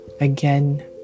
again